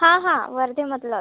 हा हा वर्धेमधलंच